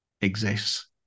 exists